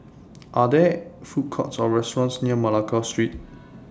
Are There Food Courts Or restaurants near Malacca Street